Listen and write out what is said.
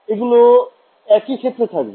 এগুলো একই ক্ষেত্রে থাকবে